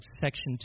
section